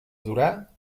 durar